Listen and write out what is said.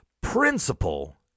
Principle